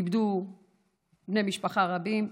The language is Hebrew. הם איבדו בני משפחה רבים.